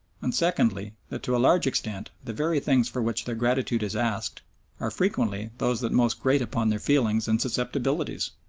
and secondly, that to a large extent the very things for which their gratitude is asked are frequently those that most grate upon their feelings and susceptibilities.